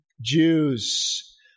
Jews